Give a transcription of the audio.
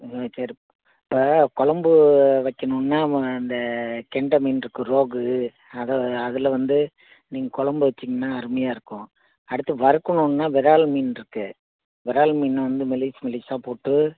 கேடு இப்போ குலம்பு வைக்கணுன்னா ம அந்த கெண்டை மீன்ருக்கு ரோகு அதை அதில் வந்து நீங்க குலம்பு வச்சீங்கன்னா அருமையாக இருக்கும் அடுத்து வறுக்கணுன்னா விறால் மீன்ருக்கு இறால் மீன் வந்து மெலிஸ் மெலிஸாக போட்டு